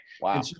Wow